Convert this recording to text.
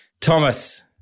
Thomas